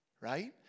Right